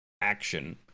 action